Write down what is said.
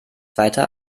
weiter